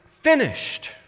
finished